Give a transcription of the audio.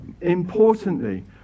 importantly